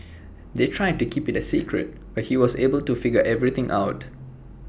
they tried to keep IT A secret but he was able to figure everything out